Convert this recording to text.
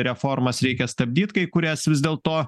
reformas reikia stabdyt kai kurias vis dėlto